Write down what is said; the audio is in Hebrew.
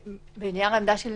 בנייר עמדה של